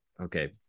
Okay